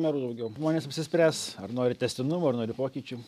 ir merų daugiau žmonės apsispręs ar nori tęstinumo ar nori pokyčių